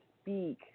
speak